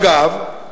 אגב,